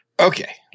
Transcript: Okay